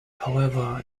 however